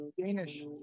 Danish